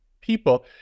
people